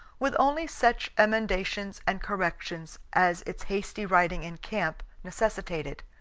with only such emendations and corrections as its hasty writing in camp necessitated.